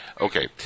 Okay